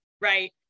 right